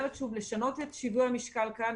לשנות את שיווי המשקל כאן,